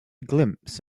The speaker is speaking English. glimpse